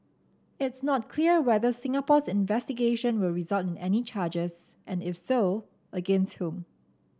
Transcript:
it's not clear whether Singapore's investigation will result in any charges and if so against whom